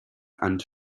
and